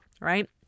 right